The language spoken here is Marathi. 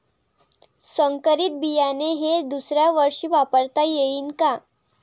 संकरीत बियाणे हे दुसऱ्यावर्षी वापरता येईन का?